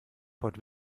port